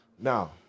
Now